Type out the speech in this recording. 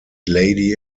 lady